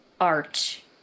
art